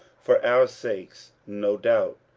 for our sakes, no doubt,